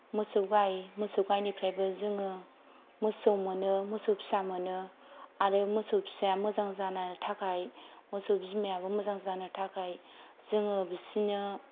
मोसौ गाय मोसौ गाइनिफ्रायबो जोङो मोसौ मोनो मोसौ फिसा मोनो आरो मोसौ फिसाया मोजां जानो थाखाय मोसौ बिमायाबो मोजां जानो थाखाय जोङो बिसोरनो